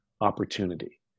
opportunity